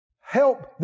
help